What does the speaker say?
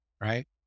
Right